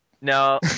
no